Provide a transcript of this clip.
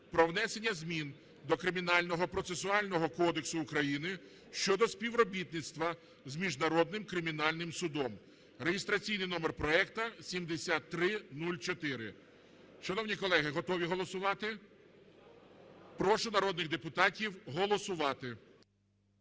про внесення змін до Кримінального процесуального кодексу України щодо співробітництва з Міжнародним кримінальним судом (реєстраційний номер проекту 7304). Шановні колеги, готові голосувати? Прошу народних депутатів голосувати.